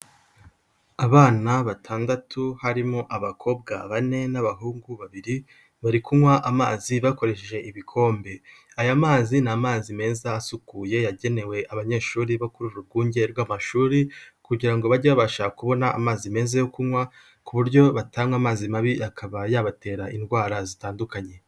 Abana batandatu harimo abakobwa bane n'abahungu babiri bari kunywa amazi bakoresheje ibikombe, aya mazi ni amazi meza asukuye yagenewe abanyeshuri bakuru urwunge rw'amashuri kugira ngo bajye babasha kubona amazi meza yo kunywa ku buryo batanga amazi mabi bakaba yabatera indwara zitandukanye.